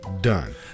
done